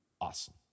awesome